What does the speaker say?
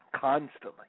constantly